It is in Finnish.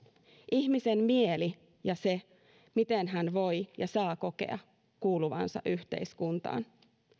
ihmisen mieli ja se miten hän voi ja saa kokea kuuluvansa yhteiskuntaan